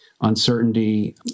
uncertainty